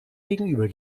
gegenüber